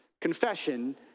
confession